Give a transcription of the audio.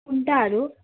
मुन्टाहरू